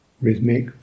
rhythmic